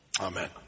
Amen